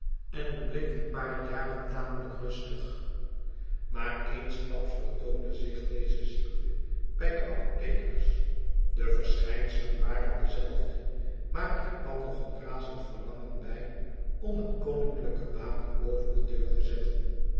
en het bleef een paar jaren tamelijk rustig maar eensklaps vertoonde zich deze ziekte bij deapothekers de verschijnselen waren dezelfde maar er kwam nog een razend veriangen bij om het koninkiijke wapen boven de deur te zetten